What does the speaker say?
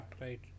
right